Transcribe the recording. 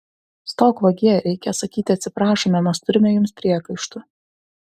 stok vagie reikia sakyti atsiprašome mes turime jums priekaištų